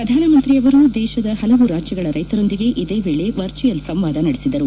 ಪ್ರಧಾನಮಂತ್ರಿ ಅವರು ದೇಶದ ಹಲವು ರಾಜ್ಯಗಳ ರೈತರೊಂದಿಗೆ ಇದೇ ವೇಳೆ ವರ್ಚುಲ್ ಸಂವಾದ ನಡೆಸಿದರು